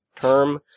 term